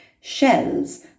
shells